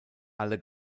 alle